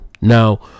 now